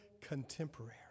contemporary